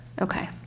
Okay